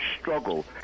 struggle